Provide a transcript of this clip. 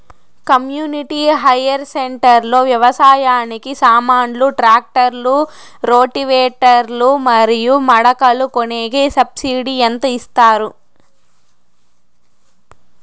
community hire centre లో వ్యవసాయానికి సామాన్లు ట్రాక్టర్లు రోటివేటర్ లు మరియు మడకలు కొనేకి సబ్సిడి ఎంత ఇస్తారు